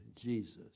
Jesus